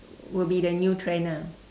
will be the new trend ah